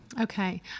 okay